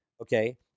Okay